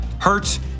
Hurts